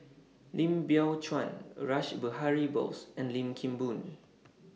Lim Biow Chuan Rash Behari Bose and Lim Kim Boon